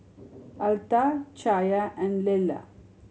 Altha Chaya and Lella